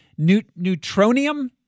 Neutronium